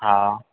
हा